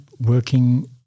working